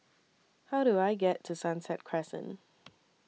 How Do I get to Sunset Crescent